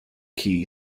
key